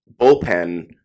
bullpen